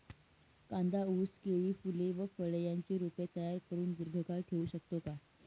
कांदा, ऊस, केळी, फूले व फळे यांची रोपे तयार करुन दिर्घकाळ ठेवू शकतो का?